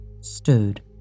stood